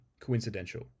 coincidental